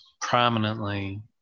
prominently